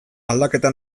aldaketa